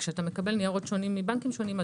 כשאתה מקבל ניירות שונים מבנקים שונים,